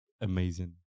amazing